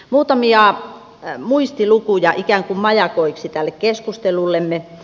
muutamia ja rämmuistilukuja ikään kuin majakoiksi tälle keskustelullemme